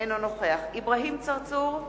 אינו נוכח אברהים צרצור,